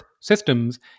systems